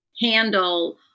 handle